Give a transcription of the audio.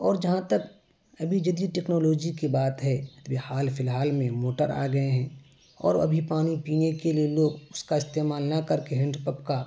اور جہاں تک ابھی جدید ٹیکنالوجی کی بات ہے ابھی حال فی الحال میں موٹر آ گئے ہیں اور ابھی پانی پینے کے لیے لوگ اس کا استعمال نہ کر کے ہینڈ پمپ کا